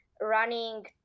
running